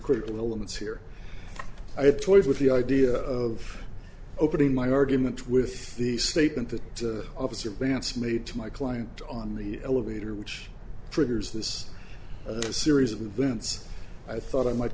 critical elements here i have toyed with the idea of opening my argument with the statement that officer vance made to my client on the elevator which triggers this series of events i thought i might